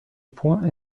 points